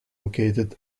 located